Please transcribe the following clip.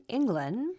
England